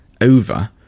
over